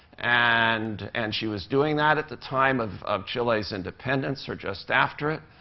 and and she was doing that at the time of of chile's independence, or just after it.